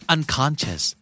Unconscious